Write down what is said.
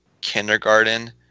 kindergarten